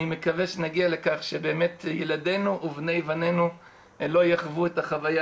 אני מקווה שנגיע לכך שבאמת ילדינו ובני בנינו לא יחוו את החוויה